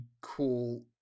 cool